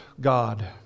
God